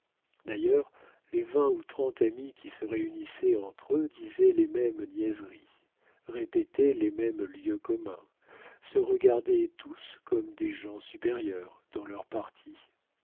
d'ailleurs les vingt ou trente amis qui se réunissaient entre eux disaient les mêmes niaiseries répétaient les mêmes lieux communs se regardaient tous comme des gens supérieurs dans leur partie